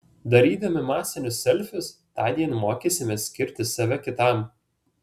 darydami masinius selfius tądien mokysimės skirti save kitam